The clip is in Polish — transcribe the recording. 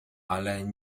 ale